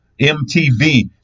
MTV